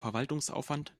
verwaltungsaufwand